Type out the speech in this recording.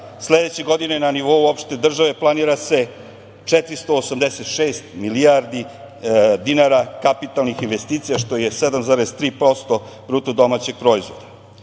sledeće godine na nivou opšte države planira se 485 milijardi dinara kapitalnih investicija, što je 7,3% BDP. Kada se dodaju